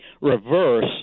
reverse